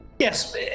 Yes